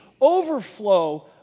overflow